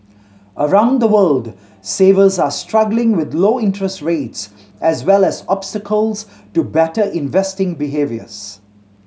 around the world savers are struggling with low interest rates as well as obstacles to better investing behaviours